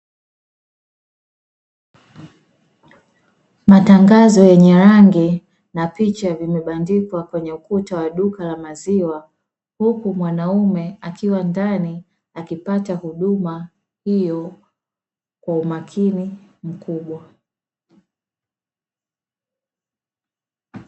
Matangazo yenye rangi na picha vimebandikwa kwenye ukuta wa duka la maziwa, huku mwanaume akiwa ndani akipata huduma hiyo kwa umakini mkubwa.